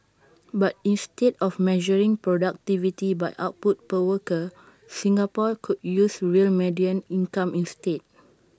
but instead of measuring productivity by output per worker Singapore could use real median income instead